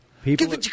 People